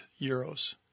euros